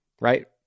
right